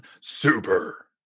Super